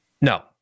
no